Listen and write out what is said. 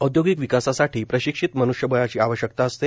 औद्योगिक विकासासाठी प्रशिक्षित मन्ष्यबळाची आवश्यकता असते